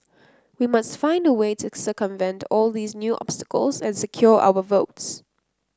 we must find a way to circumvent all these new obstacles and secure our votes